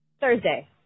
Thursday